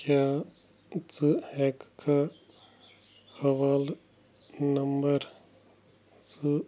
کیٛاہ ژٕ ہٮ۪کھا حوالہٕ نمبَر زٕ